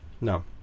No